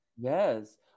Yes